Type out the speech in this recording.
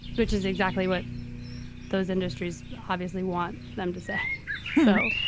which is exactly what those industries obviously want them to say know,